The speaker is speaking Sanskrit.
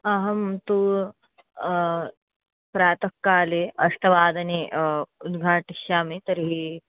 अहं तु प्रातःकाले अष्टवादने उद्घाटयिष्यामि तर्हि